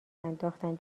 انداختن